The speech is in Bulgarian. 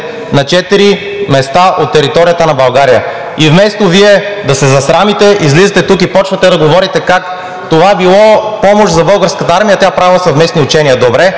места на територията на България. И вместо Вие да се засрамите, излизате тук и започвате да говорите как това било помощ за Българската армия и тя правела съвместни учения. Добре,